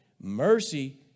Mercy